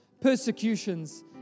persecutions